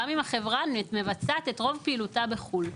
גם אם החברה מבצעת את רוב פעילותה בחו"ל.